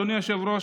אדוני היושב-ראש,